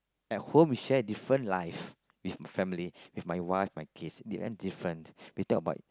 at home we share different life with my family with my wife my kids they earn different we talk about